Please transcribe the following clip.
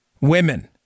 women